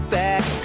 back